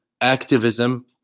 activism